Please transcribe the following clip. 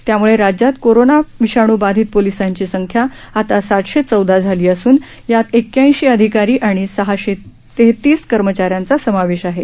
त्यामुळे राज्यात कोरोना विषाणू बाधित पोलिसांची संख्या आता सातशे चौदा झाली असून यात एक्क्याऐंशी अधिकारी आणि सहाशे तेहतीस कर्मचाऱ्यांचा समावेश आहे